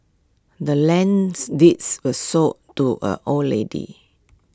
the land's deeds was sold to A old lady